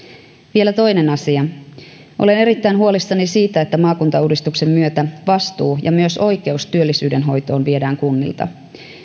vielä toinen asia olen erittäin huolissani siitä että maakuntauudistuksen myötä vastuu ja myös oikeus työllisyyden hoitoon viedään kunnilta